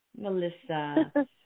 Melissa